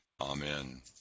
amen